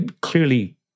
clearly